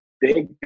big